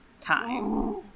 time